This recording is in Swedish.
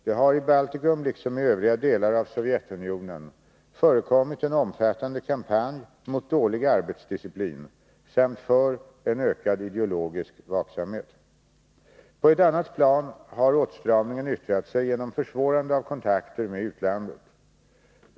Det har i Baltikum liksom i övriga delar av Sovjetunionen förekommit en omfattande kampanj mot dålig arbetsdisciplin samt för en ökad ideologisk vaksamhet. På ett annat plan har åtstramningen yttrat sig genom försvårandet av kontakter med utlandet.